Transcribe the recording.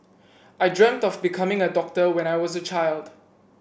I dreamt of becoming a doctor when I was a child